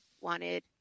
wanted